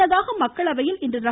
முன்னதாக மக்களவையில் இன்று ர